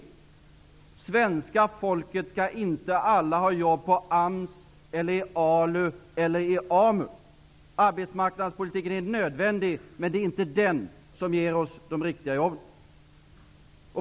Hela svenska folket skall inte ha jobb inom AMS, ALU eller AMU. Arbetsmarknadspolitiken är nödvändig, men det är inte den som ger oss de riktiga jobben.